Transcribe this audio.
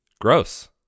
Gross